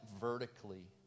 vertically